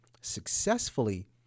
successfully